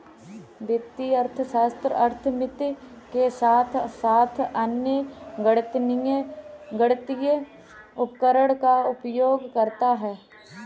वित्तीय अर्थशास्त्र अर्थमिति के साथ साथ अन्य गणितीय उपकरणों का उपयोग करता है